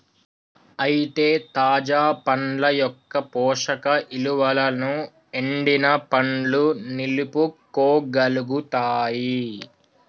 అయితే తాజా పండ్ల యొక్క పోషక ఇలువలను ఎండిన పండ్లు నిలుపుకోగలుగుతాయి